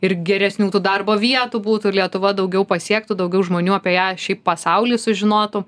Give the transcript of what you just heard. ir geresnių tų darbo vietų būtų lietuva daugiau pasiektų daugiau žmonių apie ją šiaip pasauly sužinotų